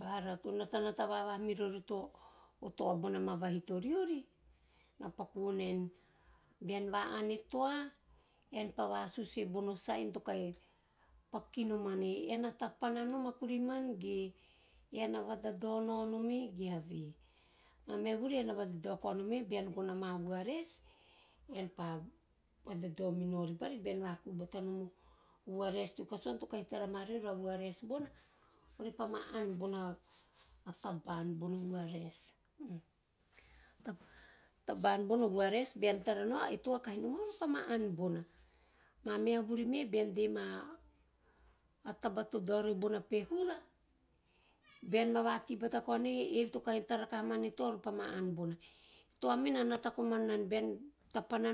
Bara to natanata vavaha mirori o toa bona ma vahito riori. Bean va ann e toa, ean pa vasus bono sign to kahi paku kinoman e, ean na tapana nom a kuri man ge ean na vadadao nao nome ge have. mehaha vuri ean na vadadao koa no nome bean gono ama vua rais ean pa vadadao minori bari bean vaku batanom o vua raic teo kasuana to kahi lara ma riovi boria ore pa ma ann bona a taba`an bono vua rais. A taba`an bona vua rais be toa kahi tara bona ore pa noma ore pa ma ann bona. Memahu vuvi me bean dema o taba to dao riori bono pehuva, bean vati bata koa nom e, eve to kahi tara rakaha mana e toa ore pa ma ann bona. E toa me na nata komana mana bean tapana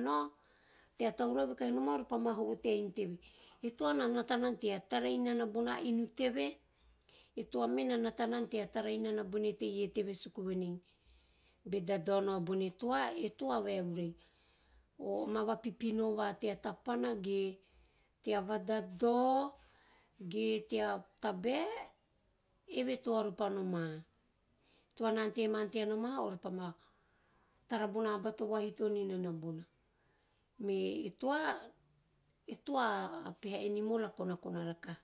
tea tauravi kahi nomau ore pa ma hovo tea inu teve, e toa na nata nana tea tavainana bona inu teve. E toa me na nata nana tea tarainana bene teie teve suku venei de dadao nao bene toa e toa vaevuru ei. Ama vapipino va tea tapana ge tea vadadao ge tea tabae eve ore pa noma. E toa na ante nana tea noma ore pa ma tara bona aba to vahito ninana bona. Me e toa - e toa a peha animal a konakona rakaha.